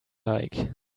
like